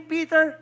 Peter